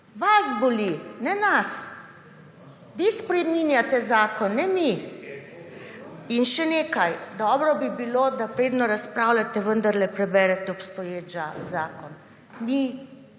Vas boli, ne nas. Vi spreminjate zakon, ne mi. In še nekaj, dobro bi bilo, da preden razpravljate, vendarle preberete obstoječi zakon. Mi